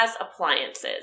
appliances